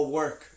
work